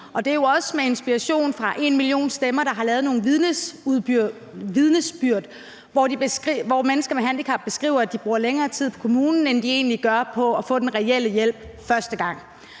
Det er jo også med inspiration fra #enmillionstemmer, der har lavet nogle vidnesbyrd med mennesker med handicap, der beskriver, at de bruger længere tid på kommunen end på egentlig at få den reelle hjælp første gang.